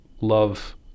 love